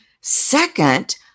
Second